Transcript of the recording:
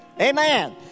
Amen